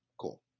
Cool